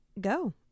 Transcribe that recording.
go